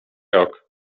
rok